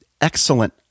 excellent